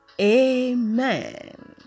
Amen